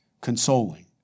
consoling